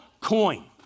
coin